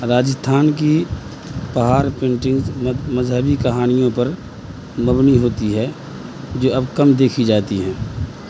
راجستھان کی پہاڑ پینٹنگز مذہبی کہانیوں پر مبنی ہوتی ہے جو اب کم دیکھی جاتی ہیں